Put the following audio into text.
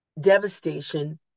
devastation